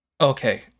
Okay